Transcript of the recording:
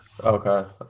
Okay